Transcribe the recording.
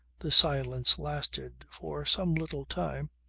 the silence lasted for some little time.